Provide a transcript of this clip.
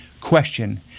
Question